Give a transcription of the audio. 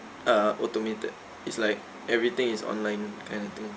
uh automated it's like everything is online kind of thing